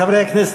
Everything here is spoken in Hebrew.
חברי הכנסת,